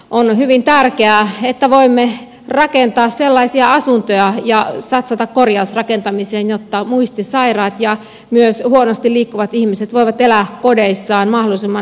on hyvin tärkeää että voimme rakentaa sellaisia asuntoja ja satsata korjausrakentamiseen jotta muistisairaat ja myös huonosti liikkuvat ihmiset voivat elää kodeissaan mahdollisimman pitkään